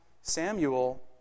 Samuel